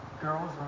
girls